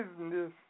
business